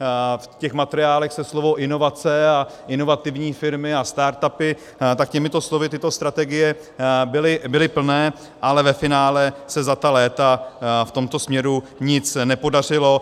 V těch materiálech se slovo inovace a inovativní firmy a startupy, tak těmito slovy tyto strategie byly plné, ale ve finále se za ta léta v tomto směru nic nepodařilo.